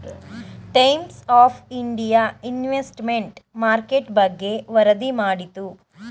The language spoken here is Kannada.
times of India investment market ಬಗ್ಗೆ ವರದಿ ಮಾಡಿತು